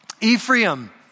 Ephraim